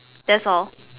that's all